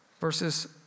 verses